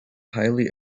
highly